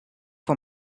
for